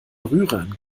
rührern